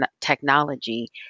technology